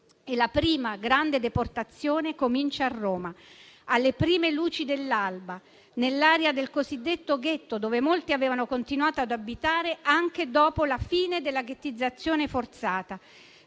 e la prima grande deportazione cominciò a Roma, alle prime luci dell'alba, nell'area del cosiddetto ghetto, dove molti avevano continuato ad abitare anche dopo la fine della ghettizzazione forzata,